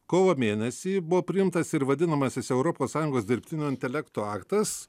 kovo mėnesį buvo priimtas ir vadinamasis europos sąjungos dirbtinio intelekto aktas